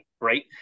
right